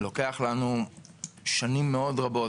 לוקח לנו שנים מאוד רבות.